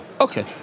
okay